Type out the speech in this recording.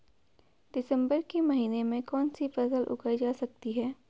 दिसम्बर के महीने में कौन सी फसल उगाई जा सकती है?